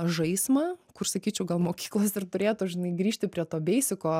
žaismą kur sakyčiau gal mokyklos ir turėtų žinai grįžti prie to beisiko